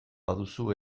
baduzu